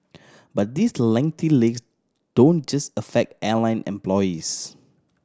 but these lengthy legs don't just affect airline employees